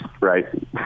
right